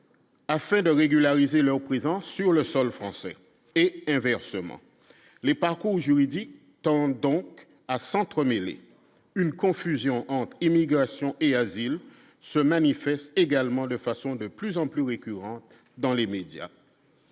afin de régulariser leur présence sur le sol français et inversement, les parcours juridique tend donc à s'entremêler une confusion entre immigration et asile se manifeste également de façon de plus en plus récurrent dans les médias